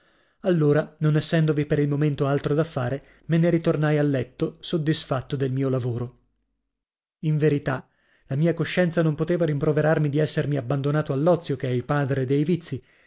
allora non essendovi per il momento altro da fare me ne ritornai a letto soddisfatto del mio lavoro in verità la mia coscienza non poteva rimproverarmi di essermi abbandonato all'ozio che è il padre dei vizii